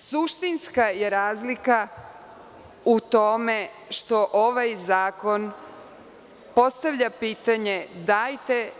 Suštinska je razlika u tome što ovaj zakon postavlja pitanje, dajte,